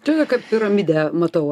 tokią kaip piramidę matau